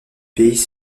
pays